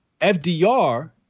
FDR